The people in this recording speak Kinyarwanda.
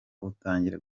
utangira